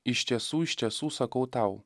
iš tiesų iš tiesų sakau tau